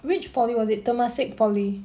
which poly was it temasek poly